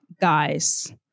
guys